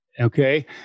Okay